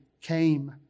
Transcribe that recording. came